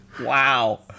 Wow